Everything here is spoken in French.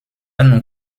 nous